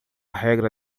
regra